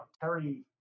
Terry